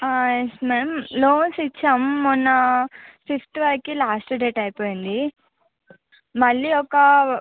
yes ma'am loans ఇచ్చాం మొన్న fifth వరకు లాస్ట్ డేట్ అయిపోయింది మళ్ళీ ఒక